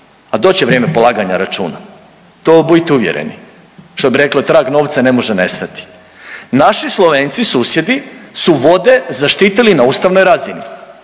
a doći će vrijeme polaganja računa to budite uvjereni. Što bi rekli trag novca ne može nestati. Naši Slovenci susjedi su vode zaštitili na ustavnoj razini.